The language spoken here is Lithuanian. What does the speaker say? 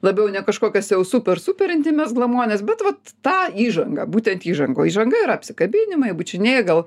labiau ne kažkokias jau super super intymias glamones bet vat tą įžangą būtent įžangoj įžanga yra apsikabinimai bučiniai gal